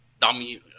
dummy